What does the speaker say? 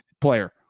player